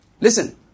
Listen